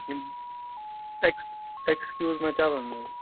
یِم ex excuse ما چَلن نہٕ